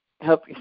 help